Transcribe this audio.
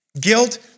Guilt